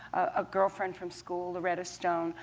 a girlfriend from school, loretta stone.